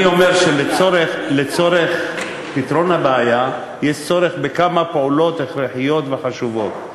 אני אומר שכדי לפתור את הבעיה יש צורך בכמה פעולות הכרחיות וחשובות.